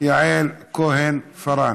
יעל כהן-פארן.